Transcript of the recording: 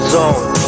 zone